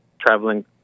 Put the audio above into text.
traveling